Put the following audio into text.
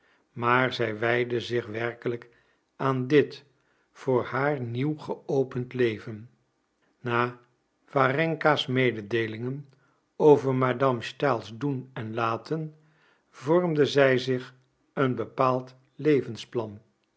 maar zij wijdde zich werkelijk aan dit voor haar nieuw geopend leven na warenka's mededeelingen over madame stahls doen en laten vormde zij zich een bepaald levensplan